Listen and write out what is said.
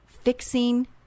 fixing